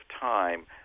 time